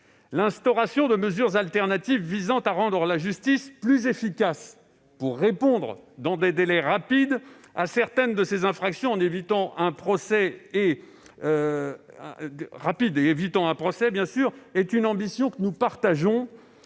l'instauration de mesures alternatives visant à rendre la justice plus efficace pour répondre dans des délais rapides à certaines de ces infractions en évitant un procès est une ambition que nous partageons.